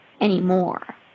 anymore